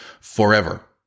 forever